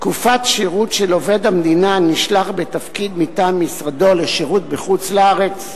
"תקופת שירות של עובד המדינה הנשלח בתפקיד מטעם משרדו לשירות בחוץ-לארץ,